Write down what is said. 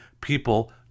people